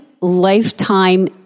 lifetime